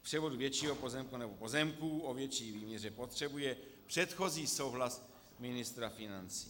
K převodu většího pozemku nebo pozemků o větší výměře potřebuje předchozí souhlas ministra financí.